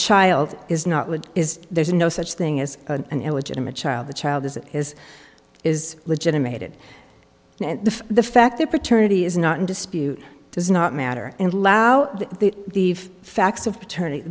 child is not wood is there's no such thing as an illegitimate child the child as it is is legitimated the fact that paternity is not in dispute does not matter and lao the facts of paternity